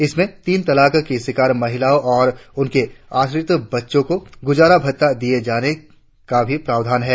इसमें तीन तलाक की शिकार महिलाओं और उनके आश्रित बच्चों को गुजारा भत्ता दिए जाने का भी प्रावधान है